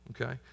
Okay